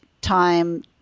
time